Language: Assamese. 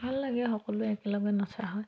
ভাল লাগে সকলোৱে একেলগে নচা হয়